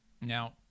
Now